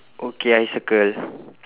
okay I circle